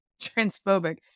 transphobic